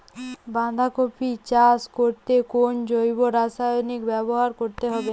বাঁধাকপি চাষ করতে কোন জৈব রাসায়নিক ব্যবহার করতে হবে?